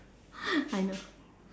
I know